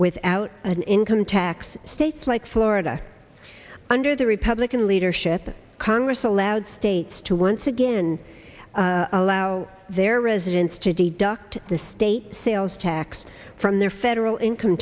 without an income tax states like florida under the republican leadership congress allowed states to once again allow their residents to be docked the state sales tax from their federal income